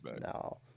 No